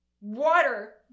water